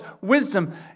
wisdom